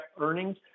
earnings